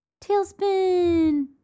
Tailspin